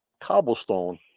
cobblestone